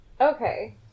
Okay